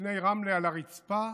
זקני רמלה על הרצפה